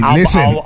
Listen